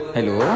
Hello